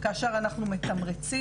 כאשר אנחנו מתמרצים.